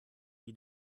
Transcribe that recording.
wie